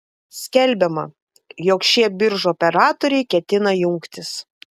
skelbiama jog šie biržų operatoriai ketina jungtis